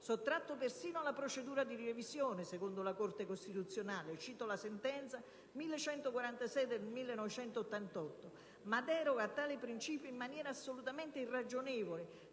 sottratto persino alla procedura di revisione secondo la Corte costituzionale (al riguardo cito la sentenza n. 1146 del 1988) - ma deroga a tale principio in maniera assolutamente irragionevole,